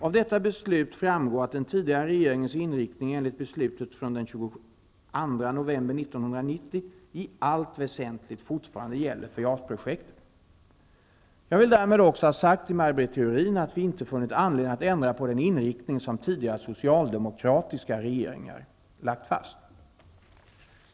Av detta beslut framgår att den tidigare regeringens inriktning enligt beslutet från den 22 november Jag vill därmed också ha sagt till Maj Britt Theorin att vi inte funnit anledning att ändra på den inriktning som tidigare socialdemokratiska regeringar lagt fast.